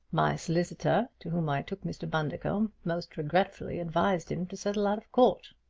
my solicitor, to whom i took mr. bundercombe, most regretfully advised him to settle out of court.